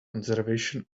conservation